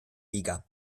liga